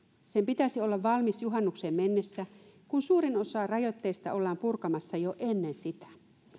sen pitäisi olla valmis juhannukseen mennessä kun suurin osa rajoitteista ollaan purkamassa jo ennen sitä